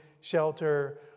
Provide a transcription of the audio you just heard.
shelter